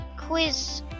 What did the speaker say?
quiz